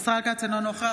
מירב בן ארי,